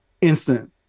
instant